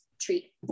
treat